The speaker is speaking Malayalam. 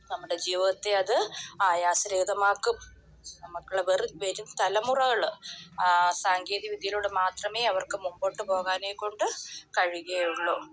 നമ്മുടെ ജീവിതത്തെ അത് ആയാസരഹിതമാക്കും നമുക്കുള്ള വെറ് വരും തലമുറകൾ ആ സാങ്കേതിക വിദ്യയിലൂടെ മാത്രമേ അവർക്ക് മുമ്പോട്ട് പോകാനെക്കൊണ്ട് കഴിയുകയുള്ളൂ